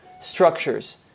structures